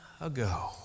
ago